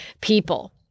people